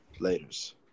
Laters